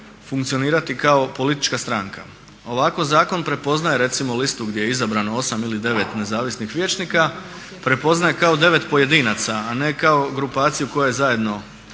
funkcionirati kao politička stranka. Ovako zakon prepoznaje recimo listu gdje je izabrano 8 ili 9 nezavisnih vijećnika, prepoznaje kao 9 pojedinaca a ne kao grupaciju koja je zajedno